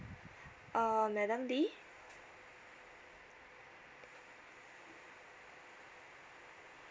uh madam lee